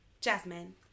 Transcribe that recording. Jasmine